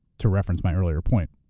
to reference my earlier point,